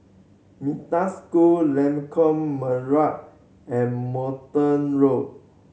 Metta School Lengkok Merak and Multon Road